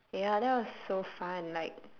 ya that was so fun like